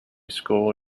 school